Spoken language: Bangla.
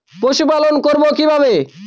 পশুপালন করব কিভাবে?